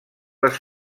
les